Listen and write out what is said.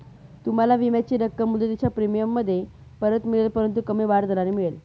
तुम्हाला विम्याची रक्कम मुदतीच्या प्रीमियममध्ये परत मिळेल परंतु कमी वाढ दराने मिळेल